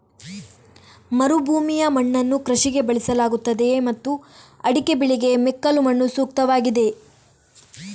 ಮರುಭೂಮಿಯ ಮಣ್ಣನ್ನು ಕೃಷಿಗೆ ಬಳಸಲಾಗುತ್ತದೆಯೇ ಮತ್ತು ಅಡಿಕೆ ಬೆಳೆಗೆ ಮೆಕ್ಕಲು ಮಣ್ಣು ಸೂಕ್ತವಾಗಿದೆಯೇ?